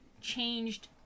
changed